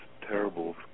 terrible